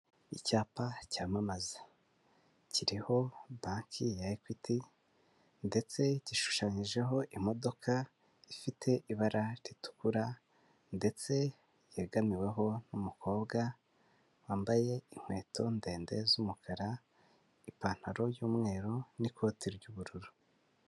Icyapa cyamamaza kiriho banki ya Ekwiti ndetse gishushanyijeho imodoka ifite ibara ritukura ndetse yegamiweho n'umukobwa wambaye inkweto ndende z'umukara, ipantaro y'umweru n'ikoti ry'ubururu.